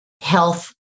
health